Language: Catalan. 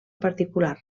particular